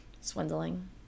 Swindling